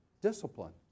discipline